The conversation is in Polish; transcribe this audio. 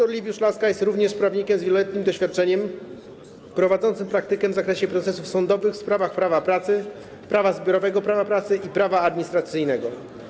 Dr Liwiusz Laska jest również prawnikiem z wieloletnim doświadczeniem prowadzącym praktykę w zakresie procesów sądowych w sprawach prawa pracy, prawa zbiorowego prawa pracy i prawa administracyjnego.